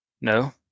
No